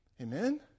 Amen